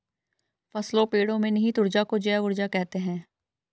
फसलों पेड़ो में निहित ऊर्जा को जैव ऊर्जा कहते हैं